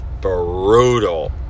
brutal